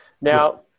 now